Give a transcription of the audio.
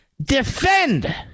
defend